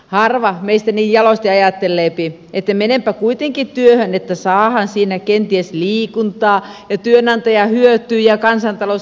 harva meistä niin jalosti ajattelee että menenpä kuitenkin työhön että saahan siinä kenties liikuntaa ja työnantaja hyötyy ja kansantalous kasvaa